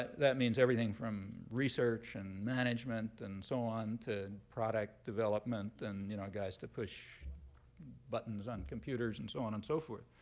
that means everything from research and management and so on to product development and you know guys to push buttons on computers and so on and so forth.